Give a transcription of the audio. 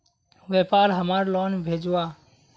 व्यापार हमार लोन भेजुआ?